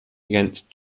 against